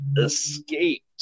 escaped